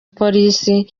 polisi